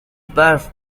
برف